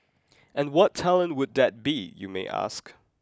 and what talent would that be you may ask